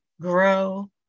grow